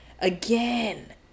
again